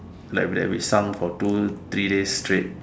like that we sung for two three days straight